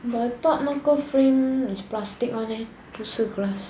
but I thought 那个 frame is plastic one eh 不是 glass